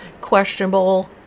questionable